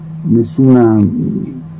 nessuna